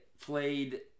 played